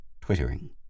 twittering